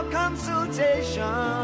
consultation